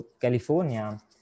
California